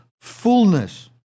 fullness